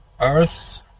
earth